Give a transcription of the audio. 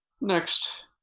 Next